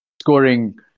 scoring